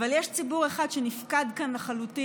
אבל יש ציבור אחד שנפקד מכאן לחלוטין,